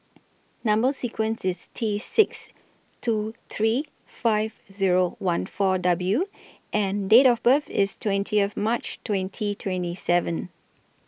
Number sequence IS T six two three five Zero one four W and Date of birth IS twenty of March twenty twenty seven